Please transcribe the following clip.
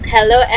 Hello